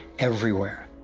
everywhere?